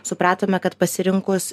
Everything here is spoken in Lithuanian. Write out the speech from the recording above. supratome kad pasirinkus